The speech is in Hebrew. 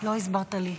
לא הסברת לי.